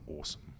awesome